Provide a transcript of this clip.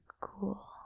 cool